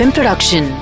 Production